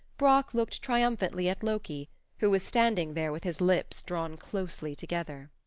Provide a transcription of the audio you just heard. brock looked triumphantly at loki who was standing there with his lips drawn closely together.